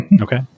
Okay